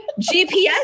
GPS